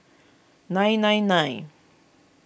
nine nine nine